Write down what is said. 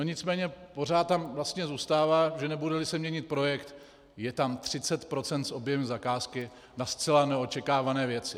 Nicméně pořád tam zůstává, že nebudeli se měnit projekt, je tam 30 % z objemu zakázky na zcela neočekávané věci.